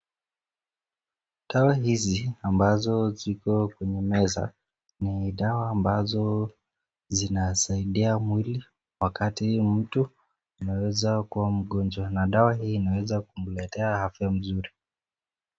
Dawa hizi ambazo ziko kwenye meza ni dawa ambazo, zinasaidia mwili wakati, mtu ameweza kuwa mgonjwa na dawa hii inaweza kumletea afya mzuri.